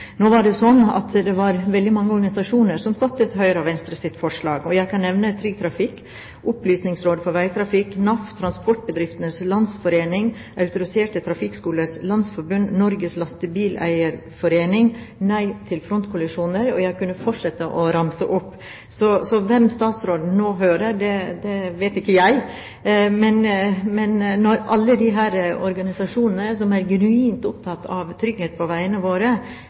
at det var veldig mange organisasjoner som støttet Høyre og Venstres forslag. Jeg kan nevne Trygg Trafikk, Opplysningsrådet for Veitrafikken, NAF, Transportbedriftenes Landsforening, Autoriserte Trafikkskolers Landsforbund, Norges Lastebileier-Forbund, Nei til Frontkollisjoner – og jeg kunne fortsette å ramse opp. Så hvem statsråden nå hører, vet ikke jeg. Men når alle disse organisasjonene, som er genuint opptatt av trygghet på veiene våre,